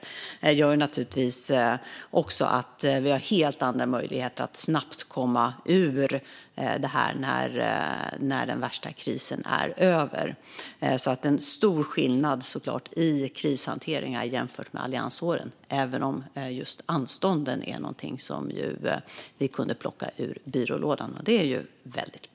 Det gör naturligtvis att vi också har helt andra möjligheter att snabbt komma ut ur detta när den värsta krisen är över. Det är alltså en stor skillnad i krishanteringen jämfört med alliansåren, även om just detta med anstånden var något som vi kunde plocka ur byrålådan. Det är ju väldigt bra.